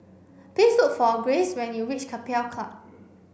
please look for Grayce when you reach Keppel Club